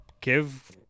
give